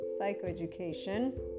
psychoeducation